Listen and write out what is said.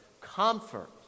Comfort